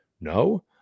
no